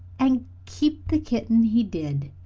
and keep the kitten he did.